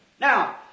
Now